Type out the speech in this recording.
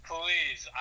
Please